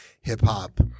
hip-hop